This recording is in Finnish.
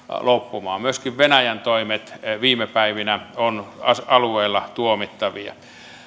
loppumaan myöskin venäjän toimet viime päivinä alueella ovat tuomittavia